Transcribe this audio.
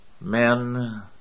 men